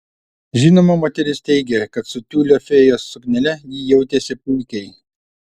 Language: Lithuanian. žinoma moteris teigė kad su tiulio fėjos suknele ji jautėsi puikiai